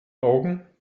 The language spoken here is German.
augen